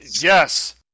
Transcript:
Yes